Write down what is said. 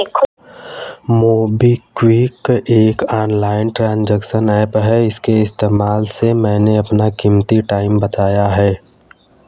MobiKwik एक online transaction app है इसके इस्तेमाल से मैंने अपना कीमती टाइम बचाया है